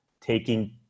taking